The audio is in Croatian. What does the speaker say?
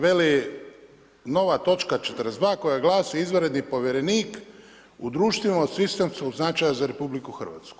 Veli, nova točka 42. koja glasi izvanredni povjerenik u društvima od sistemskog značaja za RH.